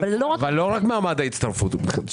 אבל לא רק מעמד ההצטרפות.